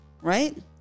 Right